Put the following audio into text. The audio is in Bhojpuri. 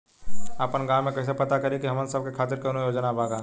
आपन गाँव म कइसे पता करि की हमन सब के खातिर कौनो योजना बा का?